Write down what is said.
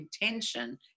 intention